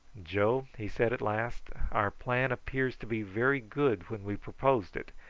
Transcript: joe, he said at last, our plan appeared to be very good when we proposed it,